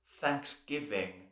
thanksgiving